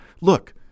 Look